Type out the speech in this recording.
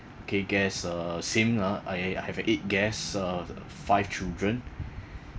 okay guests uh same ah I I have uh eight guests uh five children